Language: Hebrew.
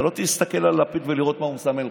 אתה לא תסתכל על לפיד כדי לראות מה הוא מסמן לך,